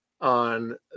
on